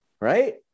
right